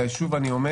ושוב אני אומר